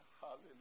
hallelujah